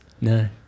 No